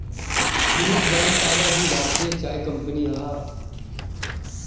Brooke Bond ताज़ा भी भारतीय चाय कंपनी हअ